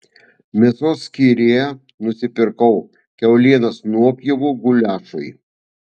mėsos skyriuje nusipirkau kiaulienos nuopjovų guliašui